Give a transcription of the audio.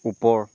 ওপৰ